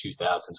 2000s